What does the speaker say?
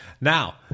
Now